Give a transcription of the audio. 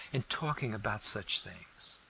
in talking about such things.